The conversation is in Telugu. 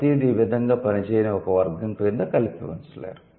ప్రతిదీ ఈ విధంగా పనిచేయని ఒక వర్గం క్రింద కలిపి ఉంచలేరు